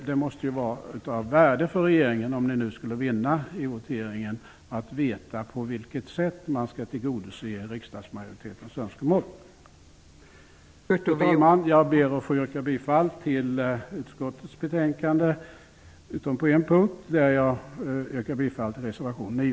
Det måste vara av värde för regeringen att veta på vilket sätt man skall tillgodose riksdagsmajoritetens önskemål om majoriteten skulle vinna i voteringen. Fru talman! Jag ber att få yrka bifall till hemställan i utskottets betänkande utom på en punkt, där jag yrkar bifall till reservation 9.